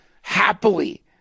happily